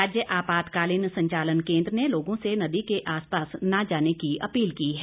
राज्य आपातकालीन संचालन केंद्र ने लोगों से नदी के आसपास न जाने की अपील की है